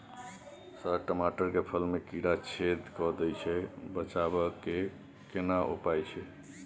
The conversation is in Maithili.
सर टमाटर के फल में कीरा छेद के दैय छैय बचाबै के केना उपाय छैय?